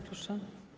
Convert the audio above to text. Proszę.